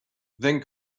then